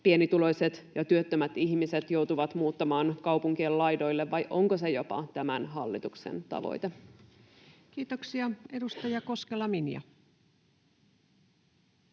pienituloiset ja työttömät ihmiset joutuvat muuttamaan kaupunkien laidoille, vai onko se jopa tämän hallituksen tavoite. [Speech 376] Speaker: